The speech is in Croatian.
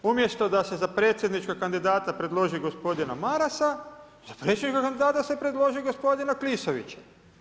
Umjesto da se za predsjedničkog kandidata predloži gospodina Marasa, za predsjednika kandidata se predloži gospodina Klisovića.